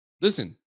Listen